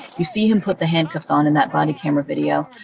you see him put the handcuffs on in that body camera video,